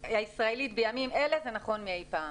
הישראלית בימים אלה זה נכון מאי פעם.